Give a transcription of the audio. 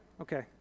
Okay